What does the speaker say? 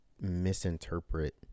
misinterpret